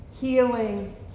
healing